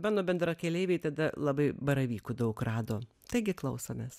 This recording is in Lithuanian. mano bendrakeleiviai tada labai baravykų daug rado taigi klausomės